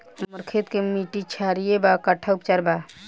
हमर खेत के मिट्टी क्षारीय बा कट्ठा उपचार बा?